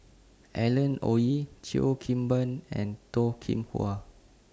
Alan Oei Cheo Kim Ban and Toh Kim Hwa